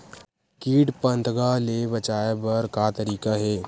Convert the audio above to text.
कीट पंतगा ले बचाय बर का तरीका हे?